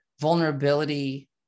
vulnerability